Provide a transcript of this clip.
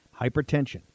Hypertension